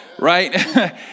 right